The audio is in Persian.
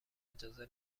اجازه